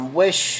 wish